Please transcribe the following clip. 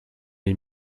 les